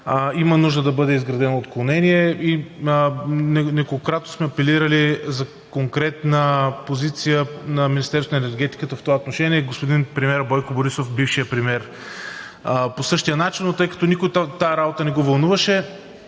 има нужда да бъде изградено отклонение и неколкократно сме апелирали за конкретна позиция на Министерството на енергетиката в това отношение, господин премиерът Бойко Борисов – бившият премиер, по същия начин, и тъй като никой тази работа не го вълнуваше